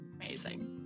Amazing